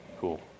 cool